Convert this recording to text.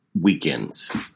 weekends